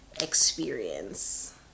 experience